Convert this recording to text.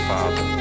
Father